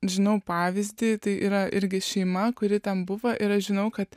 žinau pavyzdį tai yra irgi šeima kuri ten buvo ir aš žinau kad